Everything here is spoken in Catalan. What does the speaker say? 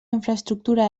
infraestructura